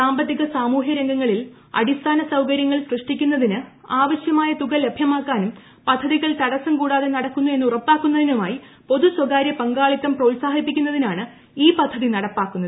സാമ്പത്തിക സാമൂഹിക രംഗങ്ങളിൽ അടിസ്ഥാന സൌകര്യങ്ങൾ സൃഷ്ടിക്കുന്നതിന് ആവശ്യമായ തുക ലഭ്യമാക്കാനും പദ്ധതികൾ തടസ്സം കൂടാതെ നടക്കുന്നു എന്ന് ഉറപ്പാക്കുന്നതിനുമായി പൊതു സ്വകാര്യ പങ്കാളിത്തം പ്രോത്സാഹിപ്പിക്കുന്നതിനാണ് ഈ പദ്ധതി നടപ്പാക്കുന്നത്